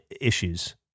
issues